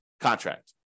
contract